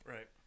Right